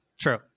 true